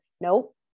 Nope